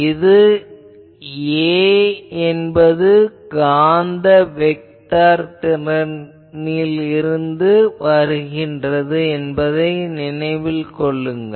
இதில் A என்பது காந்த வெக்டார் திறனில் இருந்து வருகிறது என்பதை நினைவில் கொள்ளுங்கள்